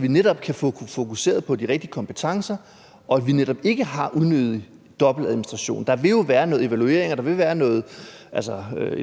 vi netop kan få fokuseret på de rigtige kompetencer, og hvor vi netop ikke har unødig dobbeltadministration. Der vil jo være noget evaluering, og